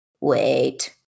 wait